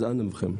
אז אנא מכם.